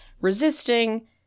resisting